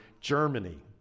Germany